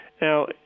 Now